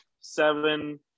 seven